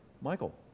Michael